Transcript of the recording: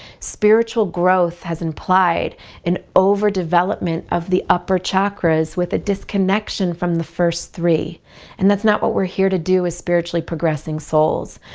spiritual growth has implied an over development of the upper chakras with a disconnection from the first three and that's not what we're here to do as spiritually progressing souls.